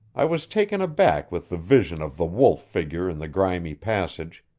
i was taken aback with the vision of the wolf figure in the grimy passage,